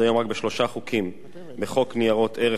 היום רק בשלושה חוקים: בחוק ניירות ערך,